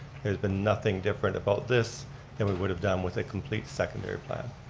has been nothing different about this that we would have done with a complete secondary plan.